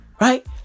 right